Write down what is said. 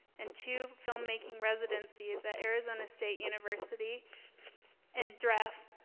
and two filmmaking residencies that arizona state university and dredf,